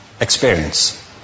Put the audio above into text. experience